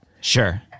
Sure